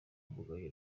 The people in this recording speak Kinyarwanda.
mvugana